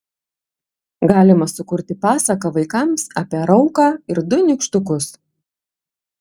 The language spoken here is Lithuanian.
galima sukurti pasaką vaikams apie rauką ir du nykštukus